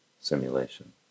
simulation